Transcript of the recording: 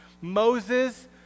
Moses